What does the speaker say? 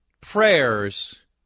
prayers